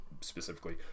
specifically